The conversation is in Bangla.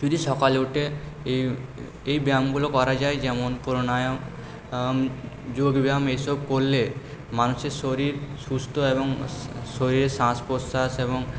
যদি সকালে উঠে এই ব্যায়ামগুলো করা যায় যেমন প্রানায়াম যোগব্যায়াম এই সব করলে মানুষের শরীর সুস্থ এবং শরীরের শ্বাস প্রশ্বাস এবং